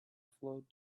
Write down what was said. flowed